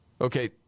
Okay